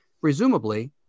Presumably